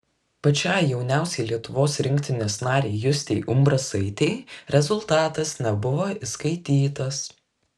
pačiai jauniausiai lietuvos rinktinės narei justei umbrasaitei rezultatas nebuvo įskaitytas